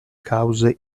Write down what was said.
cause